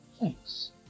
Thanks